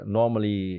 normally